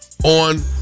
On